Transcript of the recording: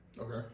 Okay